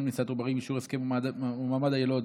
לנשיאת עוברים (אישור הסכם ומעמד היילוד)